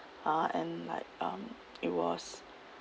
uh and like um it was